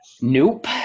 Nope